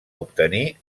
obtenir